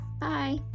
Bye